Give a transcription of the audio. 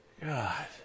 God